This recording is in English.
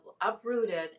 uprooted